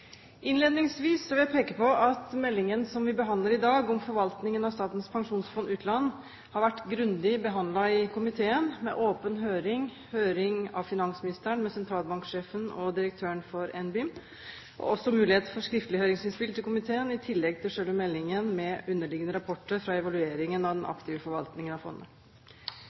Innledningsvis vil jeg peke på at meldingen som vi behandler i dag, om forvaltningen av Statens pensjonsfond utland, har vært grundig behandlet i komiteen, med åpen høring, høring av finansministeren med sentralbanksjefen og direktøren for NBIM, og også mulighet for skriftlige høringsinnspill til komiteen i tillegg til selve meldingen med underliggende rapporter fra evalueringen av den aktive forvaltningen av fondet.